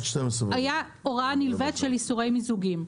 הייתה הוראה נלווית של איסורי מיזוגים.